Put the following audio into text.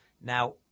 Now